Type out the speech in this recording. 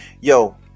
Yo